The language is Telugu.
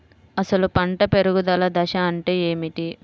అసలు పంట పెరుగుదల దశ అంటే ఏమిటి?